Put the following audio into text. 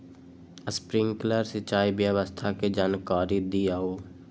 Sprinkler सिंचाई व्यवस्था के जाकारी दिऔ?